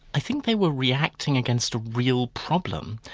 i think they were reacting against a real problem.